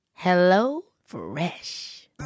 HelloFresh